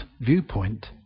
viewpoint